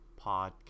Podcast